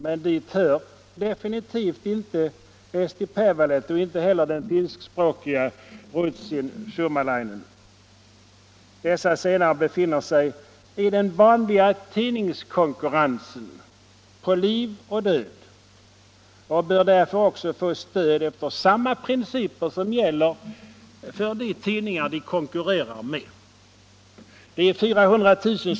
Men dit hör definitivt inte Eesti Päevaleht och inte heller den finskspråkiga Routsin Suomalainen. Dessa senare befinner sig i den vanliga tidningskonkurrensen — på liv och död — och bör därför också få stöd efter samma principer som gäller för de tidningar de konkurrerar med. De 400 000 kr.